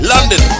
London